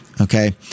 Okay